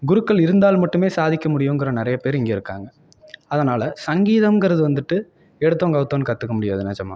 குருக்கள் இருந்தால் மட்டுமே சாதிக்க முடியுங்கிற நிறைய பேர் இங்கே இருக்காங்க அதனால் சங்கீதம்ங்கிறது வந்துவிட்டு எடுத்தோம் கவுத்தோம்ன்னு கற்றுக்க முடியாது நிஜமா